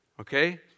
okay